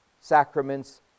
sacraments